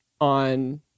on